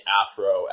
afro